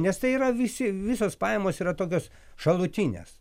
nes tai yra visi visos pajamos yra tokios šalutinės